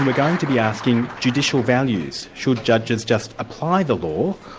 we're going to be asking, judicial values should judges just apply the law,